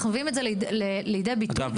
מביאים את זה לידי ביטוי וצריכים להביא את זה --- אגב,